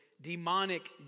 demonic